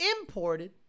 imported